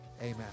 Amen